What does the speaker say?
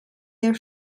der